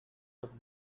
tot